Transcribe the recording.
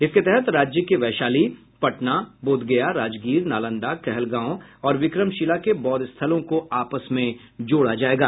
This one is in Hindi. इसके तहत राज्य के वैशाली पटना बोधगया राजगीर नालंदा कहलगांव और विक्रमशिला के बौद्व स्थलों को आपस में जोड़ा जायेगा